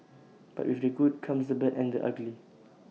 but with the good comes the bad and the ugly